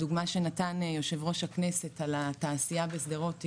הדוגמה שנתן יושב-ראש הכנסת על התעשייה בשדרות,